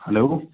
hello